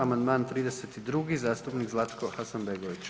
Amandman 32 zastupnik Zlatko Hasanbegović.